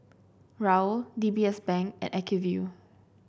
Raoul D B S Bank and Acuvue